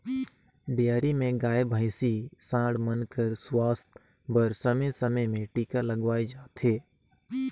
dairy में गाय, भइसी, सांड मन कर सुवास्थ बर समे समे में टीका लगवाए जाथे